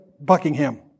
Buckingham